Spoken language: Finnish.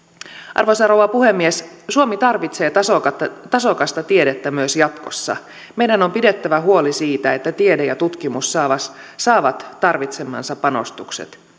arvoisa rouva puhemies suomi tarvitsee tasokasta tasokasta tiedettä myös jatkossa meidän on pidettävä huoli siitä että tiede ja tutkimus saavat saavat tarvitsemansa panostukset